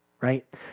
right